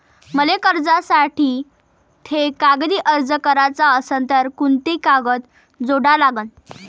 मले कर्जासाठी थे कागदी अर्ज कराचा असन तर कुंते कागद जोडा लागन?